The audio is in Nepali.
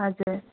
हजुर